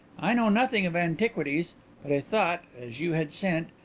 i know nothing of antiquities but i thought, as you had sent,